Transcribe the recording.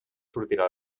sortirà